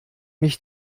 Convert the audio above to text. mich